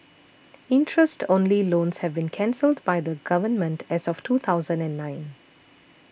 interest only loans have been cancelled by the Government as of two thousand and nine